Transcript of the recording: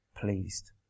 pleased